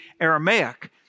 Aramaic